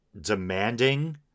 demanding